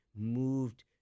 Moved